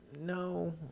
no